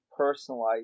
personalize